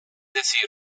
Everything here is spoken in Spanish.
decir